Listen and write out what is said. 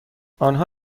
آنها